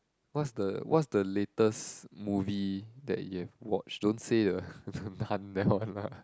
what's the what's the latest movie that you have watched don't say the the Nun that one lah